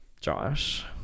Josh